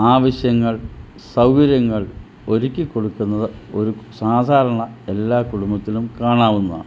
ആവശ്യങ്ങൾ സൗകര്യങ്ങൾ ഒരുക്കിക്കൊടുക്കുന്നത് ഒരു സാധാരണ എല്ലാ കുടുംബത്തിലും കാണാവുന്നതാണ്